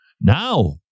Now